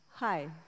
Hi